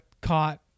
caught